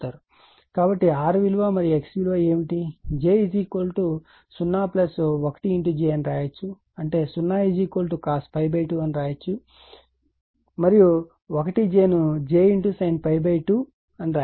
కాబట్టి R విలువ మరియు X విలువ ఏమిటి j 0 1 j అని రాయవచ్చు అంటే 0 cos π 2 అని వ్రాయవచ్చు మరియు 1 j ను j sin π 2 అని వ్రాయవచ్చు